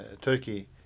Turkey